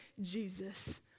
Jesus